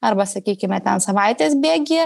arba sakykime ten savaitės bėgyje